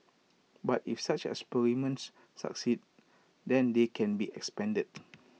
but if such experiments succeed then they can be expanded